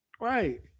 Right